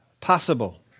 possible